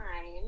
time